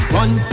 one